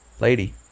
Lady